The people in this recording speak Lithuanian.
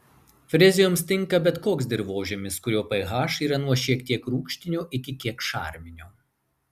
frezijoms tinka bet koks dirvožemis kurio ph yra nuo šiek tiek rūgštinio iki kiek šarminio